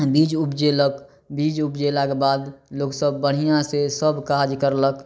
बीज ऊपजेलक बीज ऊपजेलाके बाद लोक सब बढ़िऑं से सब काज करलक